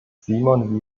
simon